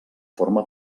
forma